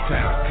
Town